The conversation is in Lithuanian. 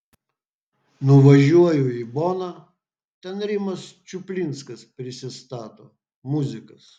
nuvažiuoju į boną ten rimas čuplinskas prisistato muzikas